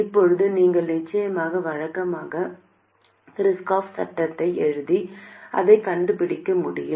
இப்போது நீங்கள் நிச்சயமாக வழக்கமான கிர்ச்சாஃப் சட்டத்தை எழுதி அதை கண்டுபிடிக்க முடியும்